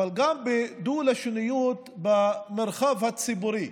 אבל גם דו-לשוניות במרחב הציבורי.